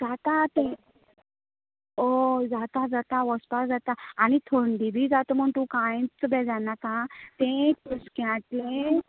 जाता तें हय जाता जाता वचपा जाता आनी थंंडी बी जाता म्हण तूं कांयच बेजारनाका आं तें कुसक्यातले